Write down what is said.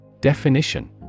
Definition